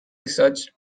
research